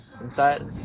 Inside